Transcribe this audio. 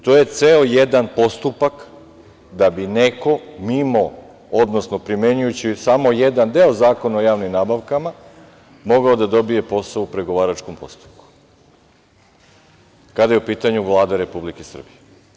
To je ceo jedan postupak da bi neko mimo, odnosno primenjujući samo jedan deo Zakona o javnim nabavkama, mogao da dobije posao u pregovaračkom postupku, kada je u pitanju Vlada Republike Srbije.